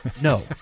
No